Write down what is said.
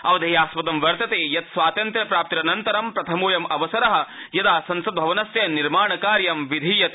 अवधेयास्पद वर्तते यत् स्वातन्त्र्य प्राप्तिरनन्तर प्रथमोऽयं अवसरः यदा संसद् भवनस्य निर्माण कार्यं विधीयते